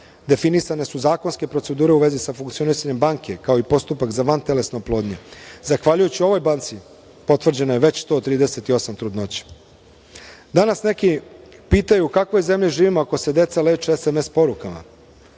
Definisane su zakonske procedure u vezi sa funkcionisanjem banke, kao i postupak za vantelesnu oplodnju. Zahvaljujući ovoj banci potvrđeno je već 138 trudnoća. Danas neki pitaju - u kakvoj zemlji živimo ako se deca leče SMS porukama?